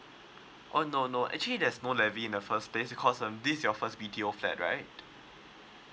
oh no no actually there's no levie in the first place because um this your first B_T_O flat right